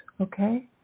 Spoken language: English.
okay